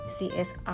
CSR